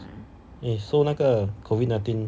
eh so 那个 COVID nineteen